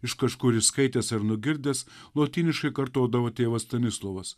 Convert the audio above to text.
iš kažkur išskaitęs ar nugirdęs lotyniškai kartodavo tėvas stanislovas